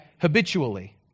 habitually